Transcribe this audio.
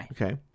Okay